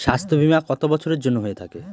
স্বাস্থ্যবীমা কত বছরের জন্য হয়ে থাকে?